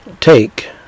Take